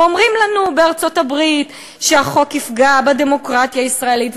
ואומרים לנו בארצות-הברית שהחוק יפגע בדמוקרטיה הישראלית,